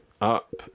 up